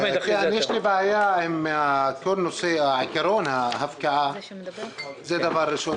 יש לי בעיה עם כל עיקרון ההפקעה, זה דבר ראשון.